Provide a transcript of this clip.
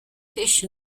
fish